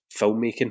filmmaking